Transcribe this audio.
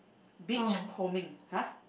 beach combing !huh!